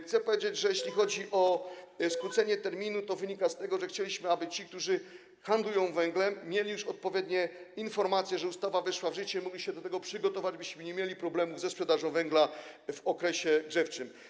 Chcę powiedzieć, że jeśli chodzi o skrócenie terminu, to wynika ono z tego, że chcieliśmy, aby ci, którzy handlują węglem, mieli już odpowiednie informacje, że ustawa weszła w życie, i mogli się do tego przygotować, byśmy nie mieli problemów ze sprzedażą węgla w okresie grzewczym.